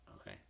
Okay